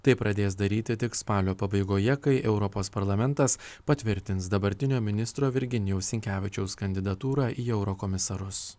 tai pradės daryti tik spalio pabaigoje kai europos parlamentas patvirtins dabartinio ministro virginijaus sinkevičiaus kandidatūrą į eurokomisarus